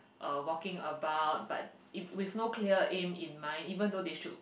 uh walking about but it with no clear aim in mind even though they should